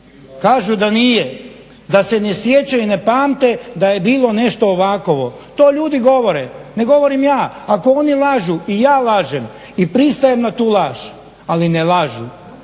Kažu da nije, da se ne sjećaju i ne pamte da je bilo nešto ovakvo. To ljudi govore, ne govorim ja. Ako oni lažu i ja lažem i pristajem na tu laž, ali ne lažu